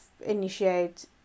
initiate